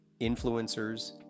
influencers